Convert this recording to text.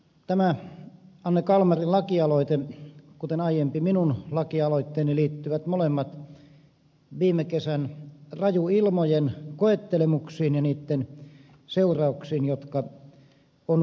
tämä anne kalmarin lakialoite ja aiempi minun lakialoitteeni liittyvät molemmat viime kesän rajuilmojen koettelemuksiin ja niitten seurauksiin jotka on koettu